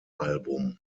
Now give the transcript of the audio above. album